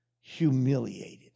humiliated